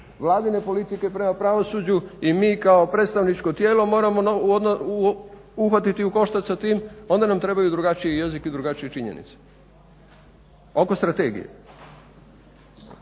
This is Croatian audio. vladine politike prema pravosuđu i mi kao predstavničko tijelo moramo uhvatiti u koštac s tim onda nam trebaju drugačiji jezik i drugačije činjenice oko strategije.